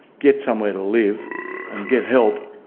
get somewhere to live and get help,